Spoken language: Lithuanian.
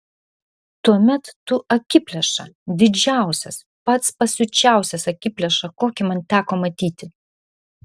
tuomet tu akiplėša didžiausias pats pasiučiausias akiplėša kokį man teko matyti